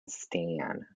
stan